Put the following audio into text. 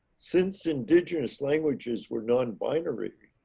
since indigenous languages were non binary